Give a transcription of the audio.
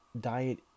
diet